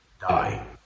die